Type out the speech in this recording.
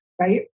right